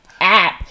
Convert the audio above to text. app